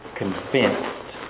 convinced